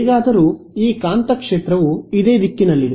ಹೇಗಾದರೂ ಕಾಂತಕ್ಷೇತ್ರವು ಇದೇ ದಿಕ್ಕಿನಲ್ಲಿದೆ